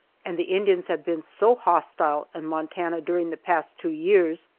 and the indians have been so hostile in montana during the past two years,